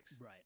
Right